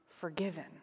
forgiven